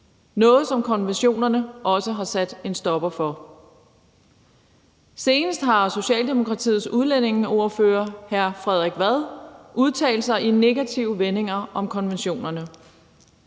noget, som konventionerne også har sat en stopper for. Senest har Socialdemokratiets udlændingeordfører, hr. Frederik Vad, udtalt sig i negative vendinger om konventioner.